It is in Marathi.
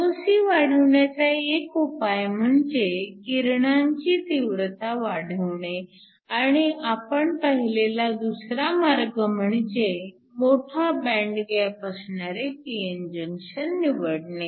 Voc वाढविण्याचा एक उपाय म्हणजे किरणांची तीव्रता वाढवणे आणि आपण पाहिलेला दुसरा मार्ग म्हणजे मोठा बँड गॅप असणारे pn जंक्शन निवडणे